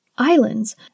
Islands